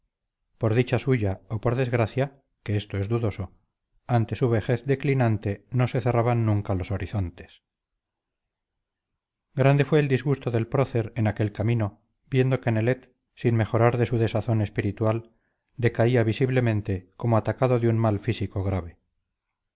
por dicha suya o por desgracia que esto es dudoso ante su vejez declinante no se cerraban nunca los horizontes grande fue el disgusto del prócer en aquel camino viendo que nelet sin mejorar de su desazón espiritual decaía visiblemente como atacado de un mal físico grave